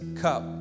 cup